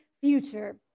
future